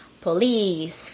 police